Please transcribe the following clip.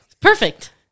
Perfect